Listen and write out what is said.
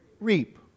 reap